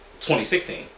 2016